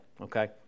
okay